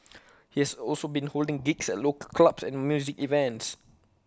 he has also been holding gigs at local clubs and music events